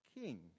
king